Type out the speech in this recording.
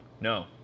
No